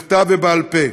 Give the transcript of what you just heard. בכתב ובעל-פה,